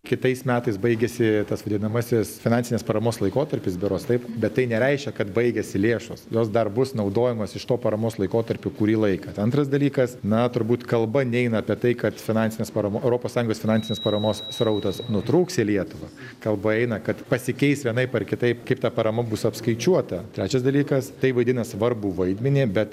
kitais metais baigiasi tas vadinamasis finansinės paramos laikotarpis berods taip bet tai nereiškia kad baigiasi lėšos jos dar bus naudojamos iš to paramos laikotarpiu kurį laiką antras dalykas na turbūt kalba neina apie tai kad finansinės param europos sąjungos finansinės paramos srautas nutrūks į lietuvą kalba eina kad pasikeis vienaip ar kitaip kaip ta parama bus apskaičiuota trečias dalykas tai vaidina svarbų vaidmenį bet